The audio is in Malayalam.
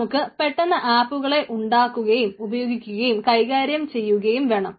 നമുക്ക് പെട്ടെന്ന് ആപ്പുകളെ ഉണ്ടാക്കുകയും ഉപയോഗിക്കുകയും കൈകാര്യം ചെയ്യുകയും വേണം